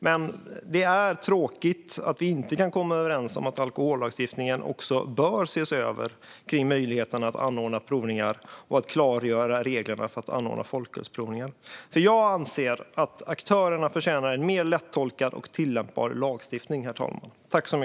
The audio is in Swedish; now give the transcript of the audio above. Men det är tråkigt att vi inte kan komma överens om att också alkohollagstiftningen bör ses över när det gäller möjligheten att anordna provningar och klargöra reglerna för att anordna folkölsprovningar. Jag anser att aktörerna förtjänar en mer lättolkad och tillämpbar lagstiftning, herr talman.